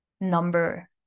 number